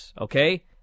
okay